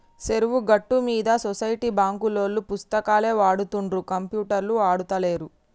చెరువు గట్టు మీద సొసైటీ బాంకులోల్లు పుస్తకాలే వాడుతుండ్ర కంప్యూటర్లు ఆడుతాలేరా